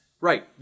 Right